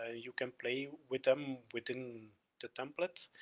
ah you can play with them within the template.